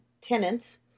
tenants